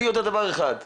אני יודע דבר אחד,